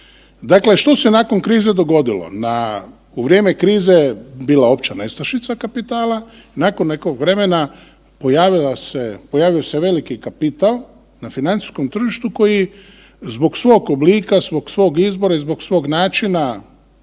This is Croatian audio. Dakle, što se nakon krize dogodilo? Na, u vrijeme krize je bila opća nestašica kapitala, nakon nekog vremena pojavila su se, pojavio se veliki kapital na financijskom tržištu koji zbog svog oblika, svog svog izbora i zbog svog načina